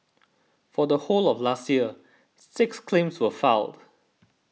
for the whole of last year six claims were filed